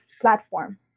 platforms